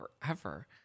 forever